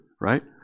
right